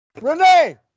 Renee